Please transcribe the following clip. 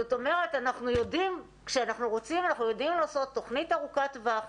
זאת אומרת כשאנחנו רוצים אנחנו יודעים לעשות תוכנית ארוכת טווח,